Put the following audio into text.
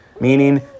Meaning